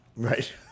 Right